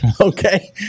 okay